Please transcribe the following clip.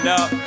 up